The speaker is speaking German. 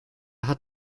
hat